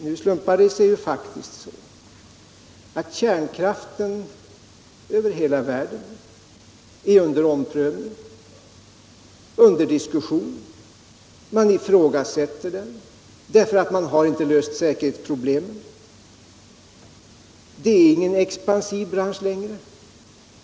Nu slumpar det sig faktiskt så att kärnkraften över hela världen är under omprövning och under diskussion. Man ifrågasätter den därför att man inte har löst säkerhetsproblemen. Det är ingen expansiv bransch längre.